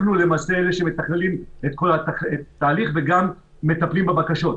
אנחנו למעשה אלה שמתכללים את התהליך וגם מטפלים בבקשות,